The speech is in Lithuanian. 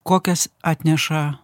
kokias atneša